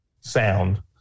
sound